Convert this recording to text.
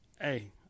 Hey